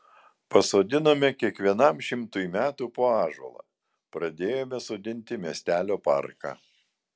pasodinome kiekvienam šimtui metų po ąžuolą pradėjome sodinti miestelio parką